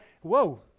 Whoa